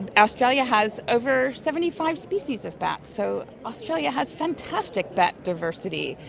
and australia has over seventy five species of bats, so australia has fantastic bat diversity.